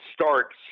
starts